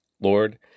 Lord